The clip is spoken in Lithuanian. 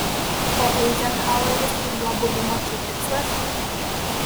o eizenhaueris ir jo buvimo čia tikslas